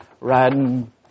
riding